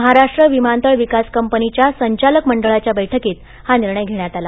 महाराष्ट्र विमानतळ विकास कंपनीच्या संचालक मंडळाच्या बक्रिकीत हा निर्णय घेण्यात आला